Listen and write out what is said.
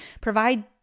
provide